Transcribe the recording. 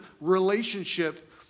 relationship